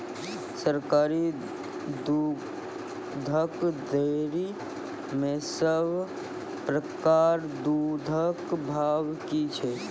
सरकारी दुग्धक डेयरी मे सब प्रकारक दूधक भाव की छै?